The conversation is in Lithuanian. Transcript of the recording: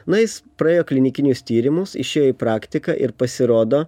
na jis praėjo klinikinius tyrimus išėjo į praktiką ir pasirodo